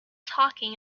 talking